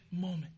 moment